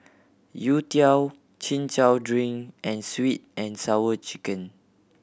youtiao Chin Chow drink and Sweet And Sour Chicken